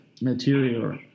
Material